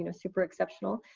you know super exceptional,